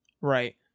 Right